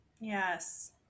yes